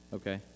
Okay